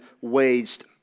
waged